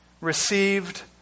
received